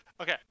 Okay